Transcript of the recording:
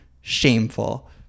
Shameful